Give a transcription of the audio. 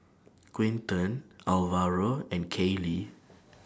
Quinten Alvaro and Kaylie